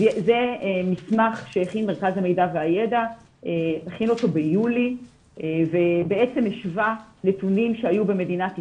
זה מסמך שהכין מרכז המידע והידע ביולי והשווה נתונים שהיו במדינת ישראל,